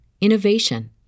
innovation